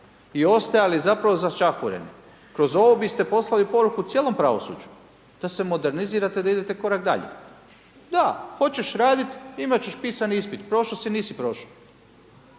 i ostajali zapravo začahureni. Kroz ovo biste poslali poruku cijelom pravosuđu, da se modernizirate, da idete korak dalje. Da, hoćeš radit imat ćeš pisani ispit, prošo si, nisi prošo.